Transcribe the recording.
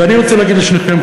ואני רוצה להגיד לשניכם,